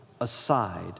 aside